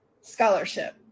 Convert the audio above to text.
scholarship